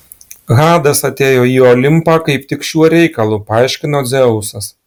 hadas atėjo į olimpą kaip tik šiuo reikalu paaiškino dzeusas